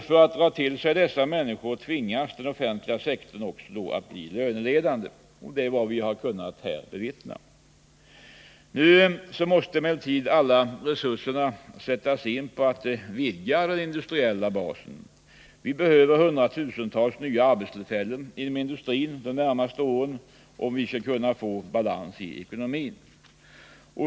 För att dra till sig dessa människor tvingas den offentliga sektorn att bli löneledande. Det är vad vi har kunnat bevittna. Nu måste emellertid alla resurser sättas in på att vidga den industriella basen. Det behövs hundratusentals nya arbetstillfällen inom industrin de närmaste åren för att vi skall kunna få balans i ekonomin.